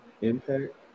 impact